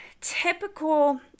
typical